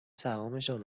سهامشان